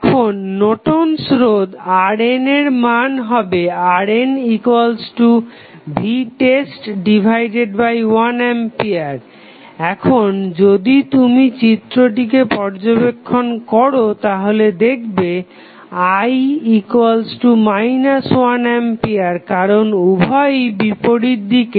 এখন নর্টন'স রোধ Nortons resistance RN এর মান হবে RNvtest1A এখন যদি তুমি চিত্রটিকে পর্যবেক্ষণ করো তাহলে দেখবে i 1A কারণ উভয়ই বিপরীত দিকে